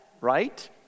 right